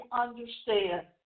understand